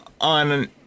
on